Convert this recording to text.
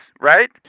right